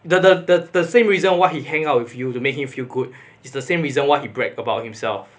the the the the same reason why he hang out with you to make him feel good it's the same reason why he bragged about himself